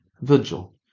vigil